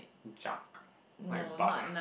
jach like bark